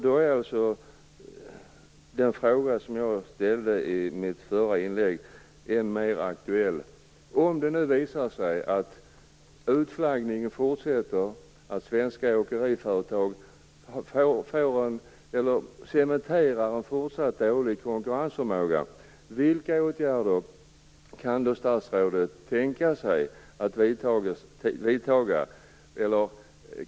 Därför är den fråga som jag ställde i mitt förra inlägg än mer aktuell. Om det visar sig att utflaggningen fortsätter, att en fortsatt dålig konkurrensförmåga för svenska åkeriföretag cementeras, vilka åtgärder kan statsrådet då tänka sig att vidta?